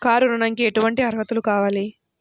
Car ఋణంకి ఎటువంటి అర్హతలు కావాలి?